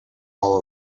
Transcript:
all